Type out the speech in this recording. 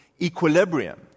equilibrium